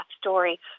story